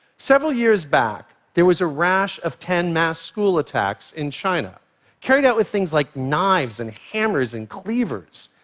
several years back, there was a rash of ten mass school attacks in china carried out with things like knives and hammers and cleavers,